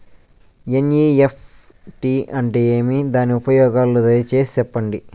NEFT అంటే ఏమి? దాని ఉపయోగాలు దయసేసి సెప్పండి?